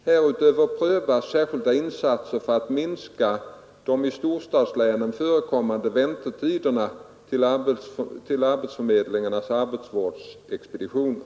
Härutöver prövas särskilda insatser för att minska de i storstadslänen förekommande väntetiderna till arbetsförmedlingarnas arbetsvårdsexpeditioner.